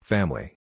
Family